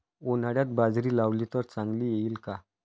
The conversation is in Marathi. उन्हाळ्यात बाजरी लावली तर चांगली येईल का?